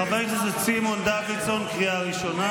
חבר הכנסת דוידסון, קריאה ראשונה.